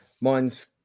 Mine's